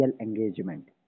engagement